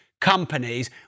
companies